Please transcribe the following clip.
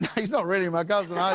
he's not really my cousin.